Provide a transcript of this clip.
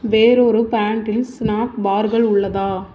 வேறு ஒரு பேன்ட்டில் ஸ்நாப் பார்கள் உள்ளதா